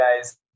guys